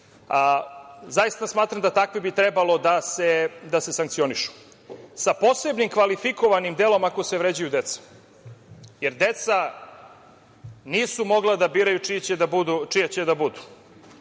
zaista smatram da bi takvi trebalo da se sankcionišu, sa posebnim kvalifikovanim delom ako se vređaju deca. Jer, deca nisu mogla da biraju čija će da budu